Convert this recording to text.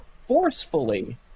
forcefully